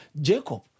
Jacob